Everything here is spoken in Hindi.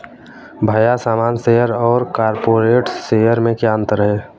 भैया सामान्य शेयर और कॉरपोरेट्स शेयर में क्या अंतर है?